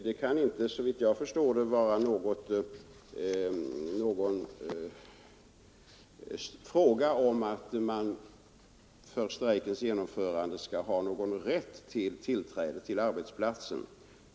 Det kan, såvitt jag förstår, inte vara fråga om att man för strejkens genomförande skall ha rätt till tillträde till arbetsplatsen.